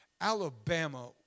Alabama